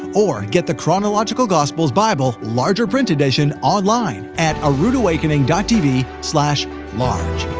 or get the chronological gospels bible larger print edition online at aroodawakening tv large.